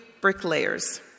bricklayers